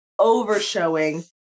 overshowing